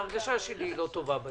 ההרגשה שלי לא טובה.